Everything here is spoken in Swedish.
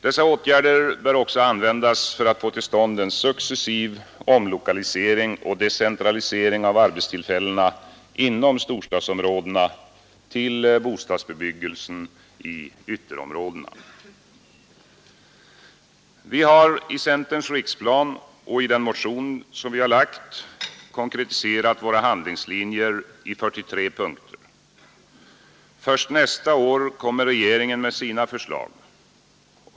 Dessa åtgärder bör också användas för att få till stånd en successiv omlokalisering och decentralisering av arbetstillfällena inom storstadsområdena till bostadsbebyggelsen i ytterområdena. Vi har i centerns riksplan och i den motion som vi har väckt konkretiserat våra handlingslinjer i 43 punkter. Först nästa år kommer regeringen med sina förslag.